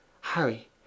Harry